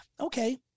Okay